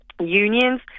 unions